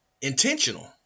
intentional